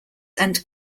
and